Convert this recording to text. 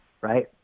right